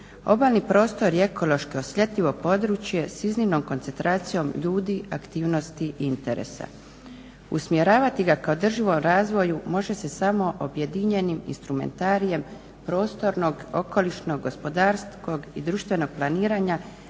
Obalni prostor je ekološki osjetljivo područje s iznimnom koncentracijom ljudi, aktivnosti, interesa. Usmjeravati ga ka održivom razvoju može se samo objedinjenim instrumentarijem prostornog, okolišnog, gospodarskog i društvenog planiranja